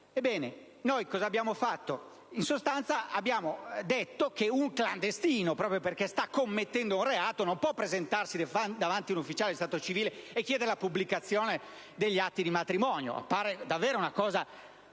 Ebbene, noi in sostanza abbiamo stabilito che un clandestino, proprio perché sta commettendo un reato, non può presentarsi davanti a un ufficiale di stato civile e chiedere la pubblicazione degli atti di matrimonio. Appare davvero qualcosa